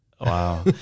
Wow